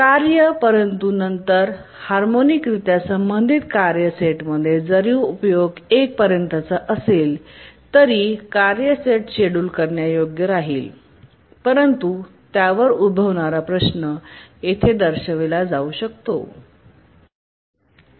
कार्य परंतु नंतर हार्मोनिकरित्या संबंधित कार्य सेटमध्ये जरी उपयोग 1 पर्यंतचा असेल तरीही कार्य सेट शेड्यूल करण्यायोग्य राहील परंतु यावर उद्भवणारा प्रश्न येथे दर्शविला जाऊ शकतो